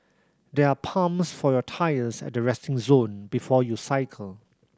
there are pumps for your tyres at the resting zone before you cycle